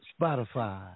Spotify